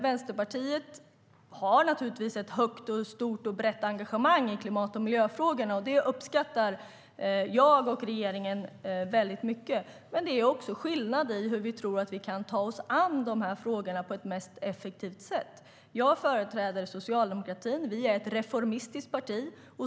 Vänsterpartiet har naturligtvis ett högt, stort och brett engagemang i klimat och miljöfrågorna, och det uppskattar jag och regeringen väldigt mycket. Men det är skillnad i hur vi tror att vi kan ta oss an de här frågorna på effektivast sätt. Jag företräder socialdemokratin. Vi är ett reformistiskt parti.